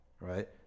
Right